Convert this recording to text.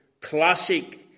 classic